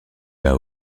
bas